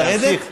לרדת.